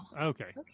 Okay